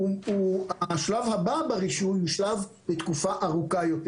השלב הבא ברישוי הוא שלב לתקופה ארוכה יותר